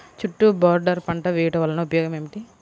చుట్టూ బోర్డర్ పంట వేయుట వలన ఉపయోగం ఏమిటి?